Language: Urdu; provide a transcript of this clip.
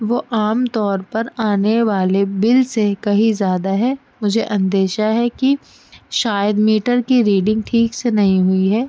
وہ عام طور پر آنے والے بل سے کہی زیادہ ہے مجھے اندیشہ ہے کہ شاید میٹر کی ریڈنگ ٹھیک سے نہیں ہوئی ہے